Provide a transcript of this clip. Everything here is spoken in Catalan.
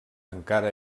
encara